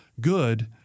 good